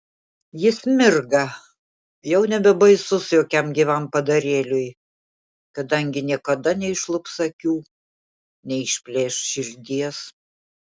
jis mirga jau nebebaisus jokiam gyvam padarėliui kadangi niekada neišlups akių neišplėš širdies